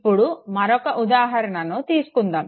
ఇప్పుడు మరొక ఉదాహరణను తీసుకుందాము